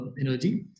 energy